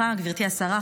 גברתי השרה,